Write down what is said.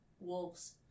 wolves